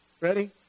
Ready